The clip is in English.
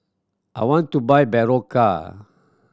I want to buy Berocca